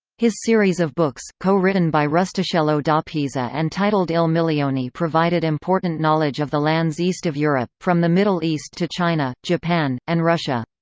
his series of books, co-written by rustichello da pisa and titled il milione provided important knowledge of the lands east of europe, from the middle east to china, japan, and russia.